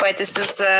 like this is,